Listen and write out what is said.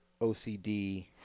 OCD